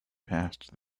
past